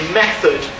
method